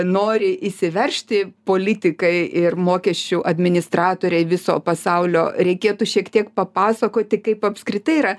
nori įsiveržti politikai ir mokesčių administratoriai viso pasaulio reikėtų šiek tiek papasakoti kaip apskritai yra